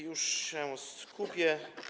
Już się skupiam.